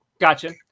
gotcha